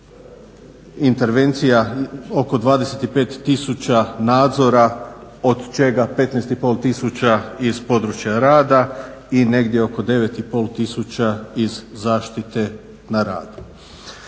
intervencija oko 25 tisuća nadzora od čega 15,5 tisuća iz područja rada i negdje oko 9,5 tisuća iz zaštite na radu.